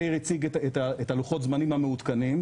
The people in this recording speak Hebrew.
מאיר הציג את לוחות הזמנים המעודכנים.